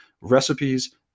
recipes